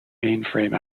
mainframe